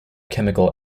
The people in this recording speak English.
chemical